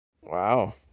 wow